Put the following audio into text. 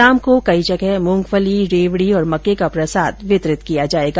शाम को कई जगह मुंगफली देवडी और मक्के का प्रसाद वितरित किया जायेगा